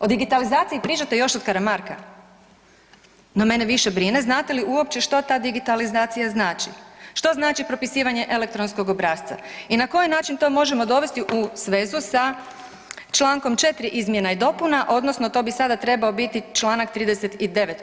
O digitalizaciji pričate još od Karamarka, no mene više brine znate li uopće što ta digitalizacija znači, što znači propisivanje elektronskog obrasca i na koji način to možemo dovesti u svezu sa čl. 4. izmjena i dopuna odnosno to bi sada trebao biti čl. 39.